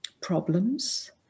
problems